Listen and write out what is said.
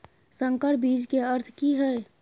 संकर बीज के अर्थ की हैय?